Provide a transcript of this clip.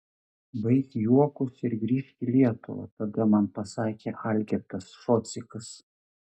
baik juokus ir grįžk į lietuvą tada man pasakė algirdas šocikas